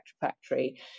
factory